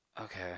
Okay